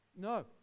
no